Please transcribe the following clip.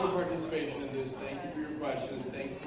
participation in this thing. thank